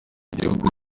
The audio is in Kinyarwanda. igihugu